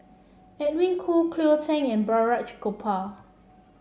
Edwin Koo Cleo Thang and Balraj Gopal